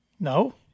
No